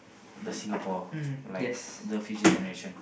the Singapore like the future generation